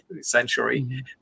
century